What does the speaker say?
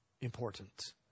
important